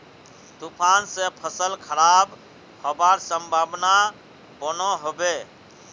तूफान से फसल खराब होबार संभावना बनो होबे?